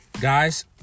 Guys